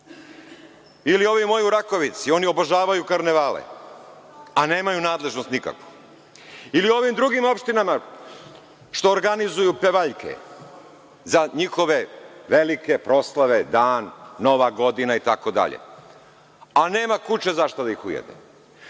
Ili ovi moji u Rakovici, oni obožavaju karnevale, a nemaju nadležnog nikako ili u ovim drugim opštinama što organizuju pevaljke za njihove velike proslave – dan, Nova godina itd, a nema kuče za šta da ih